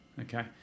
okay